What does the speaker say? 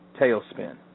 tailspin